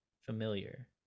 familiar